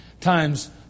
times